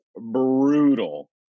brutal